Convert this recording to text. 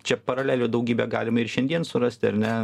čia paralelių daugybę galime ir šiandien surasti ar ne